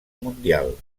mundial